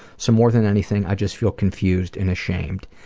so, more than anything, i just feel confused and ashamed.